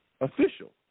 official